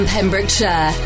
Pembrokeshire